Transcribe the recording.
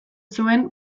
zuen